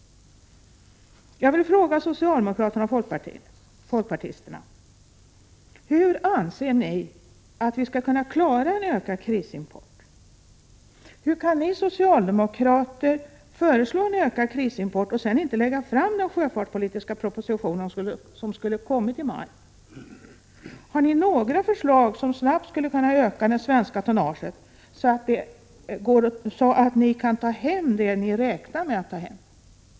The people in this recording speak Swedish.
Jag vill fråga socialdemokrater och folkpartister: Hur anser ni att vi skall kunna klara en ökad krisimport? Hur kan ni socialdemokrater föreslå en ökad krisimport och sedan inte lägga fram den sjöfartspolitiska proposition som skulle ha kommit i maj? Har ni några förslag som snabbt skulle öka det svenska tonnaget så att ni kan ta hem det ni räknar med att ta hem?